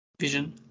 vision